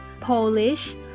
Polish